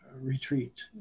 retreat